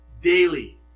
daily